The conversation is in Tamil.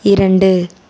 இரண்டு